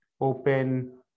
open